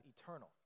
eternal